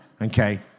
okay